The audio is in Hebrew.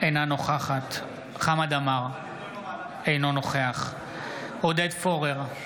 אינה נוכחת חמד עמאר, אינו נוכח עודד פורר,